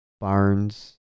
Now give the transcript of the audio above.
Barnes